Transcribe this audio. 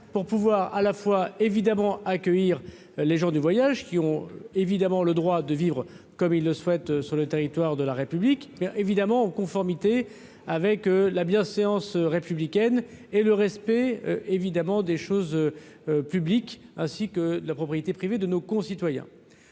pour pouvoir à la fois évidemment accueillir les gens du voyage qui ont évidemment le droit de vivre comme il le souhaite, sur le territoire de la République, bien évidemment en conformité avec la bienséance républicaine et le respect, évidemment des choses publiques ainsi que la propriété privée de nos concitoyens,